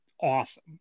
awesome